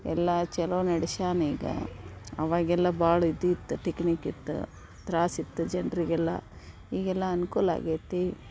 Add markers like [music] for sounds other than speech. ಎಲ್ಲ ಚಲೋ ನಡ್ಶ್ಯಾನ ಈಗ ಅವಾಗೆಲ್ಲ ಭಾಳ ಇದಿತ್ತು [unintelligible] ಇತ್ತು ತ್ರಾಸು ಇತ್ತು ಜನರಿಗೆಲ್ಲ ಈಗೆಲ್ಲ ಅನುಕೂಲ ಆಗ್ಯೇತಿ